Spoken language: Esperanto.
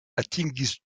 atingis